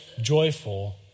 joyful